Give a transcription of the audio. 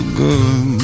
good